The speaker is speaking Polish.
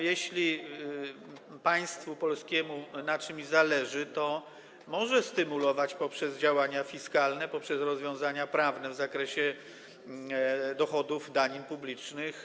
Jeśli państwu polskiemu na czymś zależy, to może tu stymulować poprzez działania fiskalne, poprzez rozwiązania prawne w zakresie dochodów, danin publicznych.